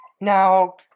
now